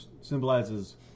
symbolizes